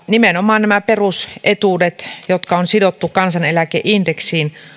nimenomaan nämä perusetuudet jotka on sidottu kansaneläkeindeksiin